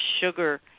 sugar